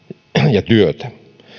ja työtä